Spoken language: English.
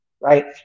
right